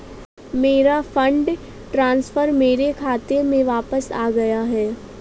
मेरा fund transfer मेरे खाते में वापस आ गया है